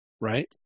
Right